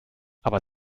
aber